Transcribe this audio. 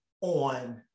on